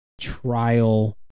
trial